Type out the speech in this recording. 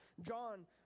John